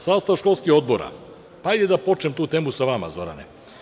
Sastav školskih odbora, hajde da počnem tu temu sa vama, Zorane.